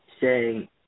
say